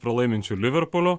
pralaiminčių liverpuliu